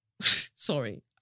Sorry